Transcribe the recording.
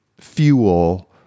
fuel